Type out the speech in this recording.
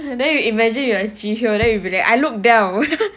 then you imagine you are jihyo then you'll be like I look down